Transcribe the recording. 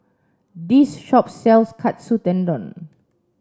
this shop sells Katsu Tendon